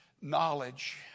knowledge